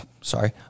sorry